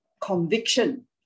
Conviction